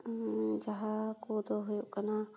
ᱡᱟᱦᱟᱸ ᱠᱚᱫᱚ ᱦᱩᱭᱩᱜ ᱠᱟᱱᱟ